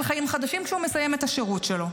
חיים חדשים כשהוא מסיים את השירות שלו,